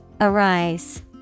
Arise